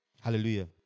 Hallelujah